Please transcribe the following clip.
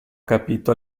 capito